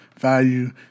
Value